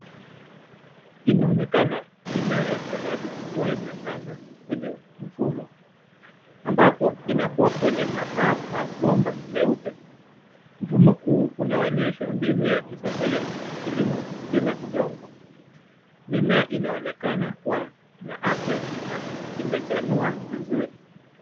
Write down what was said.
Inaonekana mimea ya saladi ikiwa imepandwa kwenye mfumo ambapo inakuwa kwenye mabomba meupe mfumo huu unaonyesha mbinu ya kisasa ya kilimo bila udongo mimea inaonekana kuwa za afya na imechanua vizuri.